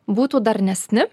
būtų darnesni